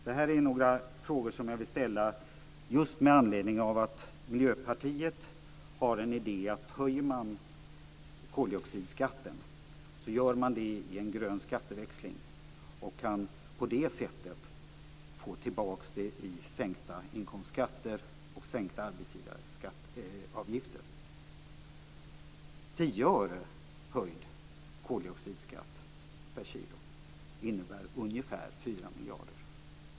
Det här är några frågor som jag vill ställa just med anledning av Miljöpartiets idé: Höjer man koldioxidskatten gör man det i en grön skatteväxling och kan på det sättet få tillbaka det i sänkta inkomstskatter och sänkta arbetsgivaravgifter. En höjning med 10 öre på koldioxidskatten per kilo innebär ungefär 4 miljarder.